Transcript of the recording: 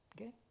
okay